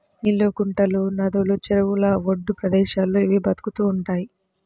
నీళ్ళ గుంటలు, నదులు, చెరువుల ఒడ్డు ప్రదేశాల్లో ఇవి బతుకుతూ ఉంటయ్